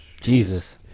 Jesus